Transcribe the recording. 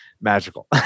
magical